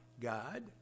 God